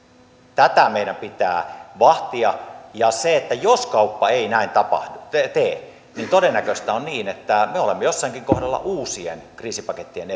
tätä meidän pitää vahtia jos kauppa ei näin tee niin todennäköistä on että me olemme jossakin kohdassa uusien kriisipakettien